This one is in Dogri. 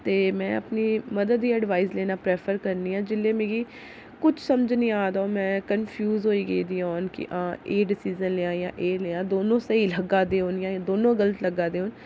में अपनी मदर दी एडवाईस लैना प्रैफर करनी आं जिसलै मिगी कुछ समझ नीं आ दा होए कन्फ्यूज़ होई गेदी होए हां एह् डिसिजन लैं जां एह् डिसिजन लैं दोने सेही लग्गा दे होन जां दोनों गलत लग्गा दे होन